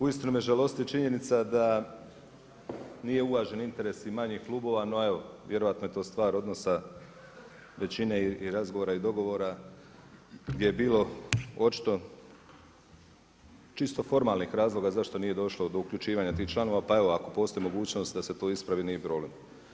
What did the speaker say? Uistinu me žalosti činjenica da nije uvažen interes i manjih klubova, no evo vjerojatno je to stvar odnosa većine i razgovora i dogovora gdje je bilo očito čisto formalnih razloga zašto nije došlo do uključivanja tih članova pa evo ako postoji mogućnost da se to ispravi nije problem.